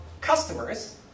customers